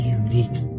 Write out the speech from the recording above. unique